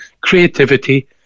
creativity